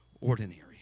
ordinary